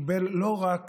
שקיבל לא רק